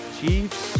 Chiefs